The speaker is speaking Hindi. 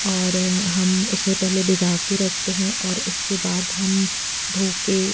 और हम उसे पहले भिगा के रखते हैं और उसके बाद हम धो कर